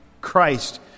Christ